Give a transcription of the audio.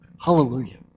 Hallelujah